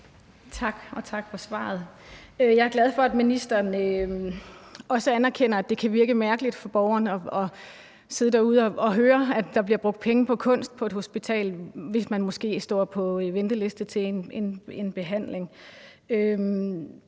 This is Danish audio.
Tak, og tak for svaret. Jeg er glad for, at ministeren også anerkender, at det kan virke mærkeligt for borgeren at sidde derude og høre, at der bliver brugt penge på kunst på et hospital, hvis borgeren måske står på en venteliste til en behandling.